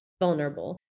vulnerable